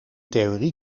theorie